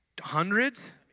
Hundreds